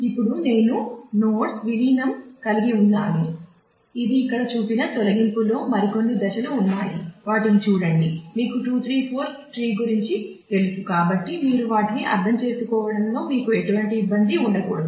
ఇప్పుడు నేను నోడ్స్లో మరికొన్ని దశలు ఉన్నాయి వాటిని చూడండి మీకు 2 3 4 ట్రీ గురించి తెలుసు కాబట్టి మీరు వాటిని అర్థం చేసుకోవడంలో మీకు ఎటువంటి ఇబ్బంది ఉండకూడదు